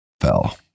fell